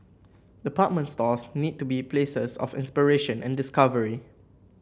department stores need to be places of inspiration and discovery